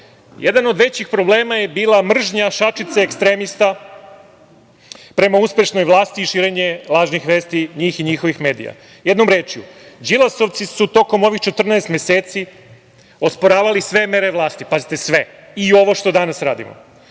Jedan od većih problema je bila mržnja šačice ekstremista prema uspešnoj vlasti i širenje lažnih vesti, njih i njihovih medija. Jednom rečju, Đilasovci su tokom ovih 14 meseci osporavali sve mere vlasti, pazite sve, i ovo što danas radimo.